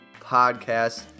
podcast